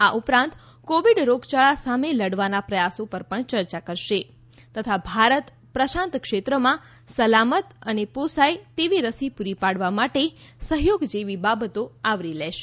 આ ઉપરાંત કોવિડ રોગયાળા સામે લડવાના પ્રયાસો પર પણ યર્યા કરશે તથા ભારત પ્રશાંત ક્ષેત્રમાં સલામત અને પોસાય તેવી રસી પૂરી પાડવા માટે સહયોગ જેવી બાબતો આવરી લેશે